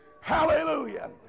Hallelujah